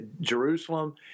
Jerusalem